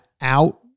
out